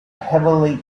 heavily